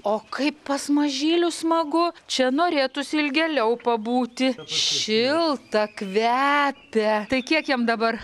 o kaip pas mažylius smagu čia norėtųsi ilgėliau pabūti šilta kvepia tai kiek jam dabar